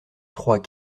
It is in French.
trois